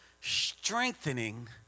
strengthening